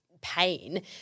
pain